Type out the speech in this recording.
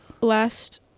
last